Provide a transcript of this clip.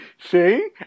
See